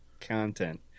content